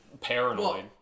paranoid